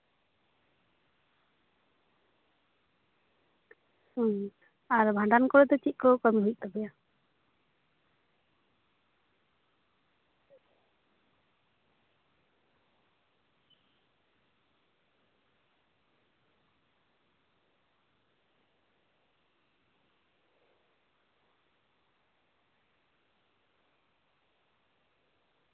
ᱦᱩᱸ ᱟᱨ ᱵᱷᱟᱸᱰᱟᱱ ᱠᱚᱨᱮ ᱫᱚ ᱪᱮᱫ ᱠᱚ ᱠᱟᱹᱢᱤ ᱦᱩᱭᱩᱜ ᱛᱟᱯᱮᱭᱟ